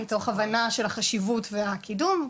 מתוך הבנה של החשיבות והקידום.